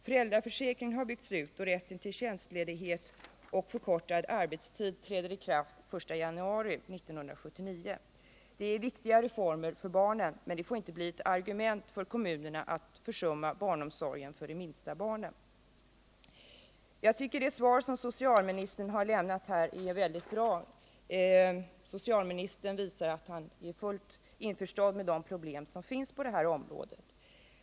Föräldraförsäkringen har byggts ut, och rätten till tjänstledighet och förkortad arbetstid träder i kraft den 1 januari 1979. Det är viktiga reformer för barnen. Men det får inte bli ett argument för kommunerna att försumma barnomsorgen för de minsta barnen. Jag tycker att det svar socialministern har lämnat är mycket bra. Socialministern visar att han är fullt införstådd med de problem som finns på det här området.